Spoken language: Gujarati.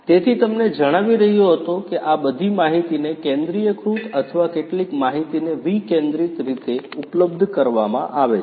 તેથી તમને જણાવી રહ્યો હતું કે આ બધી માહિતી ને કેન્દ્રિયકૃત અથવા કેટલીક માહિતી ને વિકેન્દ્રિત રીતે ઉપલબ્ધ કરવામાં આવે છે